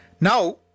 Now